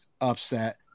upset